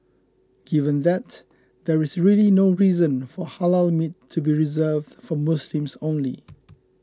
given that there is really no reason for Halal meat to be reserved for Muslims only